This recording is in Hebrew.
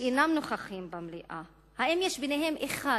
שאינם נוכחים במליאה, אחד,